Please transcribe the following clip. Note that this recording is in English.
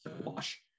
wash